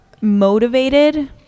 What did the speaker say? motivated